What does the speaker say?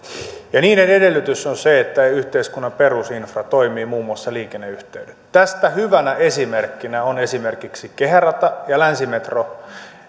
ja niiden edellytys on se että yhteiskunnan perusinfra toimii muun muassa liikenneyhteydet tästä hyvänä esimerkkinä ovat esimerkiksi kehärata ja länsimetro